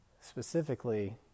specifically